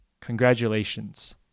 Congratulations